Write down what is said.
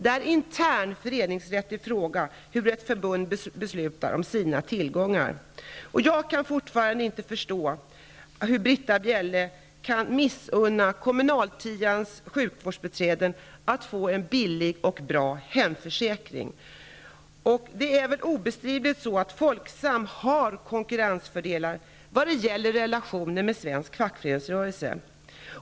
Hur ett förbund beslutar om sina tillgångar är en fråga om intern föreningsrätt. Jag kan fortfarande inte förstå hur Britta Bjelle kan missunna Kommunaltians sjukvårdsbiträden att få en billig och bra hemförsäkring. Folksam har obestridigt konkurrensfördelar vad gäller relationer med svensk fackföreningsrörelse.